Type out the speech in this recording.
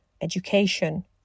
education